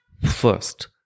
First